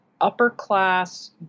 upper-class